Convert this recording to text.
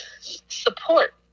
support